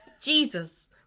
Jesus